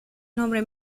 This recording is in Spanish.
nombre